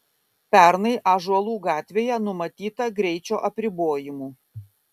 pernai ąžuolų gatvėje numatyta greičio apribojimų